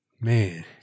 Man